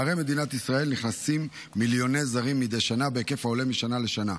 בשערי מדינת ישראל נכנסים מיליוני זרים מדי שנה בהיקף העולה משנה לשנה.